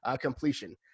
completion